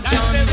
John